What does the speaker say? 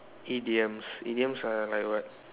idioms idioms are like what